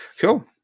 Cool